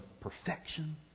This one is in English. perfection